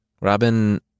Robin